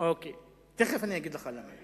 תיכף אגיד לך למה.